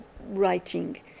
writing